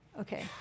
Okay